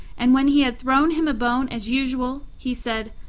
and when he had thrown him a bone as usual, he said,